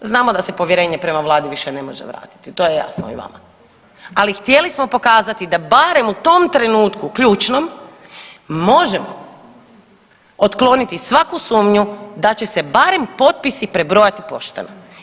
Znamo da se povjerenje prema vladi više ne može vratiti, to je jasno i vama, ali htjeli smo pokazati da barem u tom trenutku ključnom možemo otkloniti svaku sumnju da će barem potpisi prebrojati pošteno.